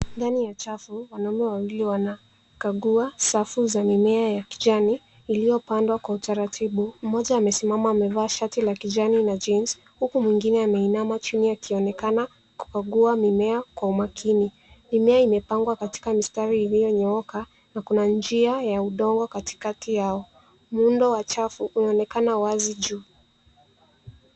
Ndani ya chafu, wanaume wawili wanakagua safu za mimea ya kijani iliyopandwa kwa utaratibu. Mmoja amesimama amevaa shati la kijani na jeans , huku mwingine ameinama chini akionekana kukagua mimea kwa umakini. Mimea imepangwa katika mistari iliyonyooka na kuna njia ya udongo katikati yao. Muundo wa chafu unaonekana wazi juu.